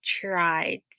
tried